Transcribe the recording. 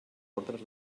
ordres